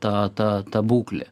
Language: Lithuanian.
ta ta ta būklė